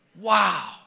Wow